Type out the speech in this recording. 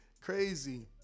Crazy